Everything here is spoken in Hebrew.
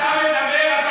אתה מדבר?